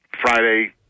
Friday